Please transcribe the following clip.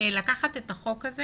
לקחת את החוק הזה